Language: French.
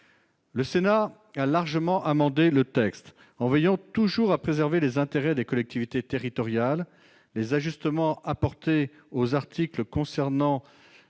Le Sénat a largement amendé le texte, en veillant toujours à préserver les intérêts des collectivités territoriales. Les ajustements apportés aux articles concernant